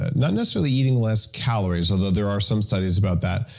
ah not necessarily eating less calories, although there are some studies about that,